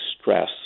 stress